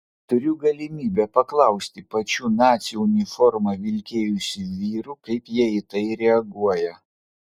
turiu galimybę paklausti pačių nacių uniformą vilkėjusių vyrų kaip jie į tai reaguoja